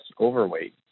overweight